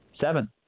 seven